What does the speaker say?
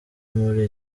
muri